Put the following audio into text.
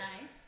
Nice